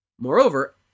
Moreover